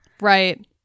Right